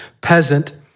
peasant